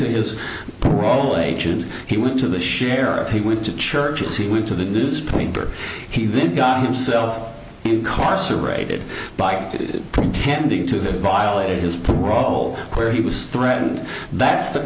to his parole agent he went to the sheriff he went to churches he went to the newspaper he even got himself incarcerated by pretending to violate his parole where he was threatened that's the